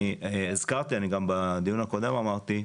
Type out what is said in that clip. אני הזכרתי, אני גם בדיון הקודם אמרתי,